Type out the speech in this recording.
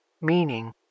Meaning